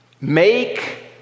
make